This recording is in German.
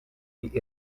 die